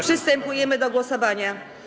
Przystępujemy do głosowania.